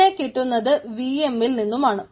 ഇതിനെ കിട്ടുന്നത് V M മിൽ നിന്നുമാണ്